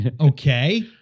Okay